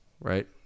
right